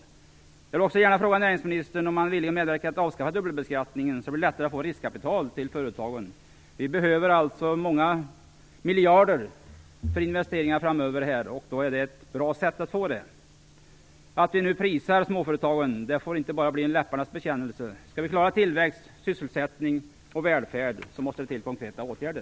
Jag vill också gärna fråga näringsministern om han är villig att medverka till att avskaffa dubbelbeskattningen, så att det blir lättare att få fram riskkapital till företagen. Vi behöver många miljarder för investeringar framöver, och detta vore ett bra sätt att få fram det. Att vi nu prisar småföretagen får inte bara bli en läpparnas bekännelse. Skall vi klara tillväxt, sysselsättning och välfärd måste det till konkreta åtgärder.